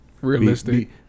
Realistic